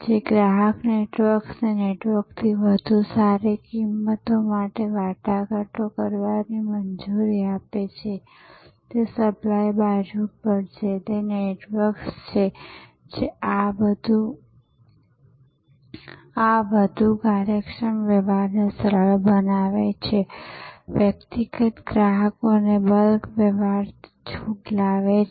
જે ગ્રાહક નેટવર્કને નેટવર્કથી વધુ સારી કિંમતો માટે વાટાઘાટ કરવાની મંજૂરી આપે છે તે સપ્લાય બાજુ પર છે અને નેટવર્ક્સ છે જે આ વધુ કાર્યક્ષમ વ્યવહારને સરળ બનાવે છે વ્યક્તિગત ગ્રાહકોને બલ્ક વ્યવહાર છૂટ લાવે છે